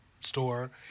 store